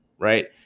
Right